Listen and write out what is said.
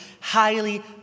highly